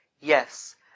Yes